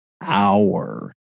hour